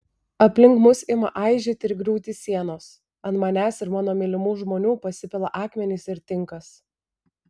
aplink mus ima aižėti ir griūti sienos ant manęs ir mano mylimų žmonių pasipila akmenys ir tinkas